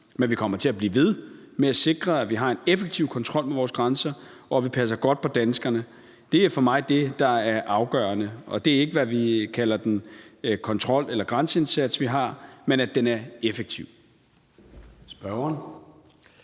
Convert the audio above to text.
Men vi kommer til at blive ved med at sikre, at vi har en effektiv kontrol ved vores grænser, og at vi passer godt på danskerne. Det er for mig det, der er afgørende. Det er ikke, om vi kalder det en kontrol eller grænseindsats, men at den er effektiv.